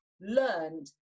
learned